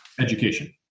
education